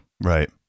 right